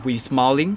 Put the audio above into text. we smiling